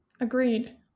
Agreed